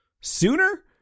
sooner